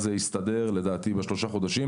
הדבר הסתדר לדעתי בשלושה חודשים,